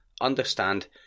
understand